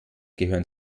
gehören